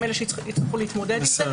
הם אלה שיצטרכו להתמודד עם זה.